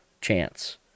chance